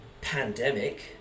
pandemic